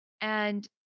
and-